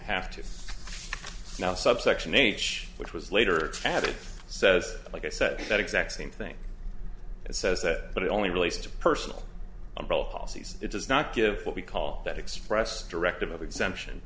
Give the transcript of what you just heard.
have to now subsection h which was later had it says like i said that exact same thing it says said but it only relates to personal umbrella policies it does not give what we call that express directive exemption